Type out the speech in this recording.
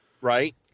Right